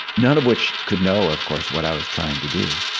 none of which could know, of course, what i was trying to do,